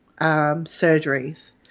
surgeries